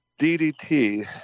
DDT